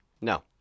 No